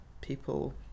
people